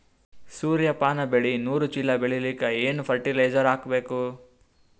ಸೂರ್ಯಪಾನ ಬೆಳಿ ನೂರು ಚೀಳ ಬೆಳೆಲಿಕ ಏನ ಫರಟಿಲೈಜರ ಹಾಕಬೇಕು?